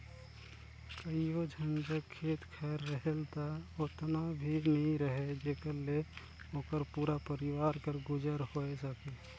कइयो झन जग खेत खाएर रहेल ता ओतना भी नी रहें जेकर ले ओकर पूरा परिवार कर गुजर होए सके